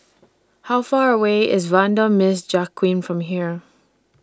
How Far away IS Vanda Miss Joaquim from here